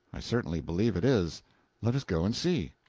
i certainly believe it is let us go and see.